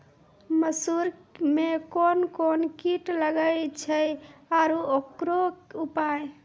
मसूर मे कोन कोन कीट लागेय छैय आरु उकरो उपाय?